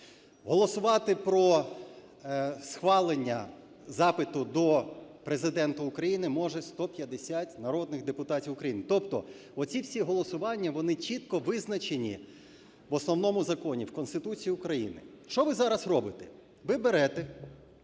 Голосувати про схвалення запиту до Президента України можуть 150 народних депутатів України. Тобто, оці всі голосування вони чітко визначені в Основному законі – в Конституції України. Що ви зараз робите? Ви берете